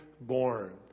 born